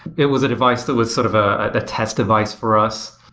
it was a device that was sort of a test device for us,